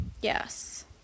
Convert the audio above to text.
Yes